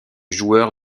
joueur